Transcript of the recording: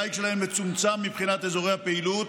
הדיג שלהן מצומצם מבחינת אזורי הפעילות,